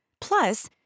Plus